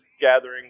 gathering